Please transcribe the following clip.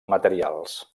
materials